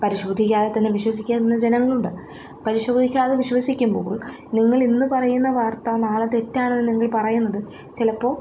പരിശോധിക്കാതെ തന്നെ വിശ്വസിക്കുന്ന ജനങ്ങളും ഉണ്ട് പരിശോധിക്കാതെ വിശ്വസിക്കുമ്പോൾ നിങ്ങൾ ഇന്ന് പറയുന്ന വാർത്ത നാളെ തെറ്റാണെന്ന് നിങ്ങൾ പറയുന്നത് ചിലപ്പോൾ